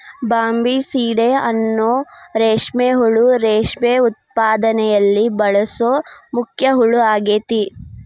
Bombycidae ಅನ್ನೋ ರೇಷ್ಮೆ ಹುಳು ರೇಷ್ಮೆ ಉತ್ಪಾದನೆಯಲ್ಲಿ ಬಳಸೋ ಮುಖ್ಯ ಹುಳ ಆಗೇತಿ